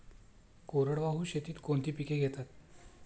कोरडवाहू शेतीत कोणती पिके घेतात?